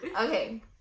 Okay